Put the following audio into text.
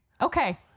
Okay